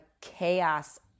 chaos